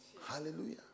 Hallelujah